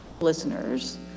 listeners